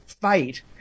fight